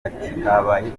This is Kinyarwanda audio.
habaye